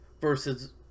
versus